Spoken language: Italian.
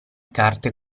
carte